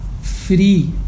free